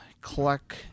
collect